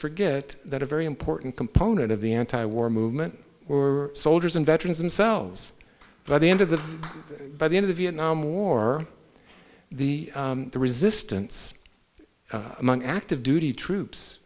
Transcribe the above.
forget that a very important component of the anti war movement were soldiers and veterans themselves by the end of the by the end of the vietnam war the resistance among active duty troops